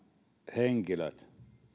henkilöt